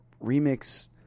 Remix